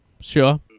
Sure